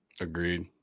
agreed